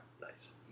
Nice